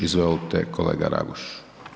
Izvolite kolega Raguž.